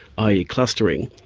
i. e. clustering,